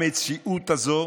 המציאות הזאת